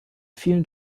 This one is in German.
vielen